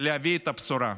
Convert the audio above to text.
להביא את הבשורה.